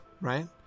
right